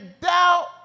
doubt